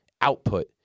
output